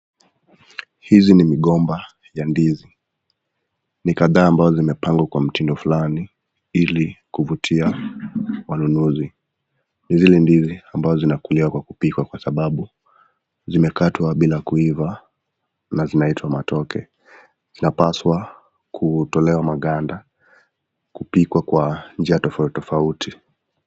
Hizi ni gomba ya ndizi. Ni kadhaa ambazo zimepangwa kwa mtindo fulani ili kuvutia wanunuzi. Hizi ni ndizi ambazo zinakuliwa kwa kupika kwa sababu zimekatwa bila kuiva na zinaitwa matoke. Zinapaswa kutolewa maganda na zi hupikwa kwa njia tofauti tofauti